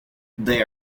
they